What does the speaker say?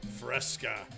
Fresca